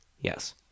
Yes